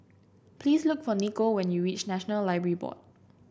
please look for Nico when you reach National Library Board